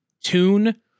tune